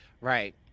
Right